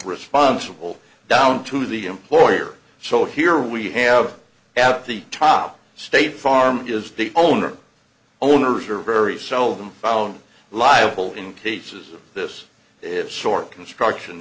responsible down to the employer so here we have abt the top state farm is the owner owners are very seldom found liable in cases of this if sort of construction